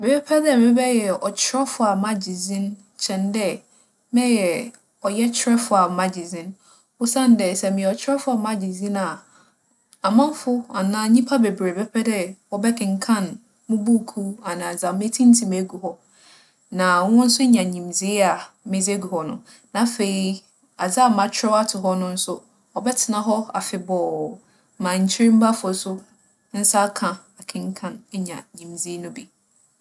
Mebɛpɛ dɛ mebɛyɛ ͻkyerɛwfo a magye dzin kyɛn dɛ mɛyɛ ͻyɛkyerɛfo a magye dzin. Osiandɛ sɛ meyɛ ͻkyerɛwfo a magye dzin a, amamfo anaa nyimpa beberee bɛpɛ dɛ wͻbɛkenkan mo buukuu anaa dza metsintsim egu hͻ. Na hͻn so enya nyimdzee a medze egu hͻ no. Na afei, adze a makyerɛw ato hͻ no so, ͻbɛtsena hͻ afebͻͻ ma nkyirmbafo so nsa aaka aakenkan eenya nyimdzee no bi.